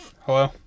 Hello